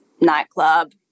nightclub